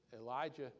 Elijah